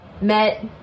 met